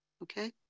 Okay